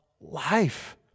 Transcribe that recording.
life